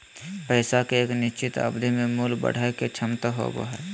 पैसा के एक निश्चित अवधि में मूल्य बढ़य के क्षमता होबो हइ